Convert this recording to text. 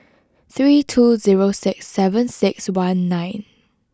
three two zero six seven six one nine